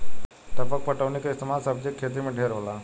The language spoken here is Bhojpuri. टपक पटौनी के इस्तमाल सब्जी के खेती मे ढेर होला